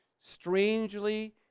strangely